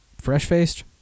Fresh-Faced